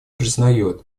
признает